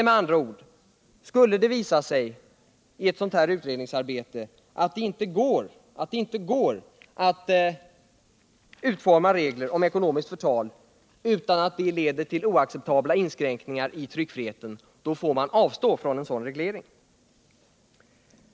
Med andra ord: Skulle det i utredningsarbetet visa sig att det inte går att utforma regler om ekonomiskt förtal utan att dessa leder till oacceptabla inskränkningar i tryckfriheten, då får man avstå från en sådan reglering.